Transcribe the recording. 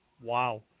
Wow